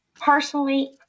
personally